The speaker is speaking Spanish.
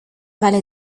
vale